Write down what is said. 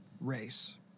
race